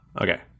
okay